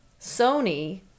Sony